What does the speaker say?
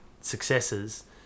successes